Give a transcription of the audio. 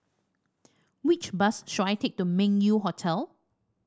which bus should I take to Meng Yew Hotel